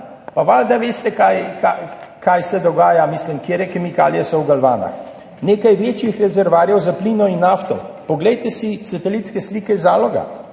zagotovo veste, kaj se dogaja, mislim, katere kemikalije so v galvanah. Nekaj večjih rezervoarjev za plin in nafto, poglejte si satelitske slike iz Zaloga,